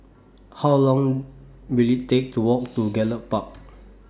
How Long Will IT Take to Walk to Gallop Park